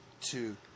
Two